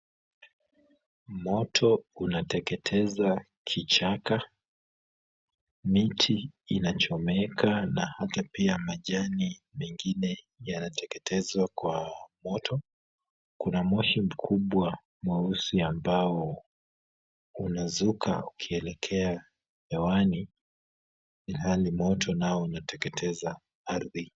Moto unateketeza kichaka, miti inachomeka na hata pia majani mengine yanateketezwa kwa moto. Kuna moshi mkubwa mweusi ambao unazuka ukielekea hewani ilhali moto nao unateketeza ardhi.